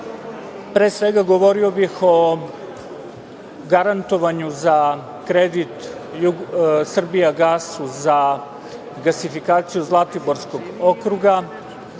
Pre svega, govorio bih o garantovanju za kredit Srbijagasu za gasifikaciju Zlatiborskog okruga